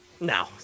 No